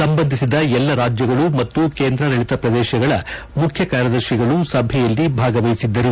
ಸಂಬಂಧಿಸಿದ ಎಲ್ಲಾ ರಾಜ್ಯಗಳು ಮತ್ತು ಕೇಂದ್ರಾಡಳಿತ ಪ್ರದೇಶಗಳ ಮುಖ್ಯ ಕಾರ್ಯದರ್ಶಿಗಳು ಸಭೆಯಲ್ಲಿ ಭಾಗವಹಿಸಿದ್ದರು